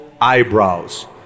eyebrows